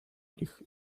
nich